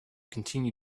continue